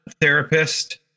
therapist